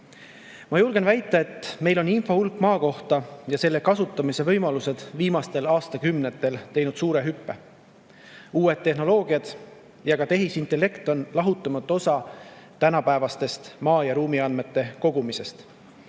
Ma julgen väita, et info hulk maa kohta ja selle kasutamise võimalused on teinud meil viimastel aastakümnetel suure hüppe. Uued tehnoloogiad ja tehisintellekt on lahutamatu osa tänapäevasest maa‑ ja ruumiandmete kogumisest,